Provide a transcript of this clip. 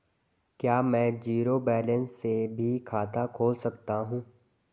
क्या में zero balance से भी खाता खोल सकता हूँ?